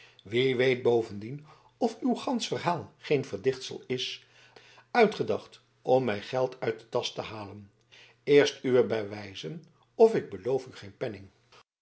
wie weet bovendien of uw gansch verhaal geen verdichtsel is uitgedacht om mij geld uit de tasch te halen eerst uwe bewijzen of ik beloof u geen penning